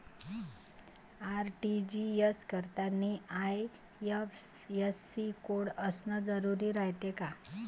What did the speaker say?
RTGS करतांनी IFSC code असन जरुरी रायते का?